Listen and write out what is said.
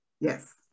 Yes